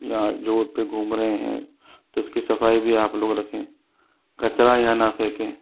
यहाँ रोड पर घूम रहे हैं तो इसकी सफ़ाई भी आप लोग रखें कचरा यहाँ ना फेंके